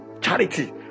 charity